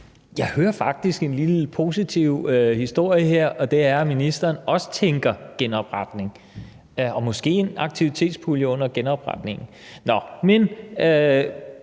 Jeg hører faktisk en lille positiv historie her, og det er, at ministeren også tænker genopretning og måske en aktivitetspulje under genopretningen. Nå, men